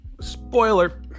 Spoiler